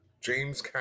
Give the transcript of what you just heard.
James